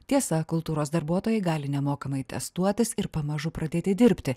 tiesa kultūros darbuotojai gali nemokamai testuotis ir pamažu pradėti dirbti